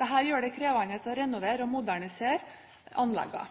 Dette gjør det krevende å renovere og modernisere